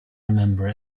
remember